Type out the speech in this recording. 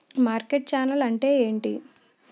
Market channel అంటే ఏంటి?